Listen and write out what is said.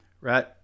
right